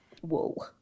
Whoa